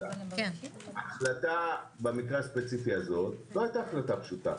סרטן- -- ההחלטה במקרה הספציפי הזה לא היתה פשוטה,